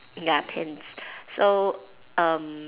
ya pens so um